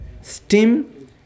steam